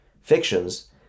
fictions